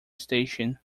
station